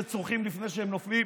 שצורחים לפני שהם נופלים.